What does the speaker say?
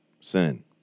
sin